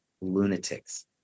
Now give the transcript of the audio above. lunatics